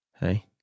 Hey